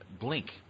Blink